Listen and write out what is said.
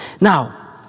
Now